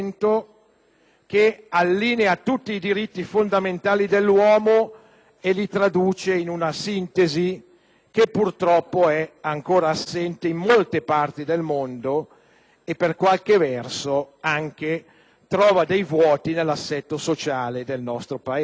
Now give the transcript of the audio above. che allinea tutti i diritti fondamentali dell'uomo e li traduce in una sintesi che, purtroppo, è ancora ignorata in molte parti del mondo e, per qualche verso, riscontra dei vuoti anche nell'assetto sociale del nostro Paese.